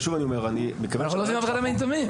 אנחנו לא עושים הבחנה בין יתומים.